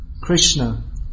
Krishna